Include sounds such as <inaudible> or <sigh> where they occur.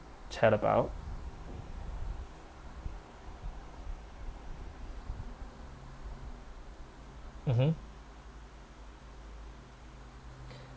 chat about mmhmm <breath>